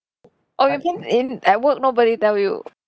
oh you mean in at work nobody tell you